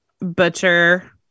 Butcher